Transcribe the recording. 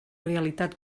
realitat